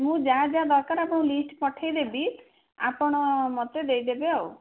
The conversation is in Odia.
ମୁଁ ଯାହା ଯାହା ଦରକାର ଆପଣଙ୍କୁ ଲିଷ୍ଟ ପଠାଇଦେବି ଆପଣ ମୋତେ ଦେଇଦେବେ ଆଉ